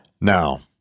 Now